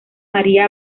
maría